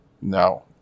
No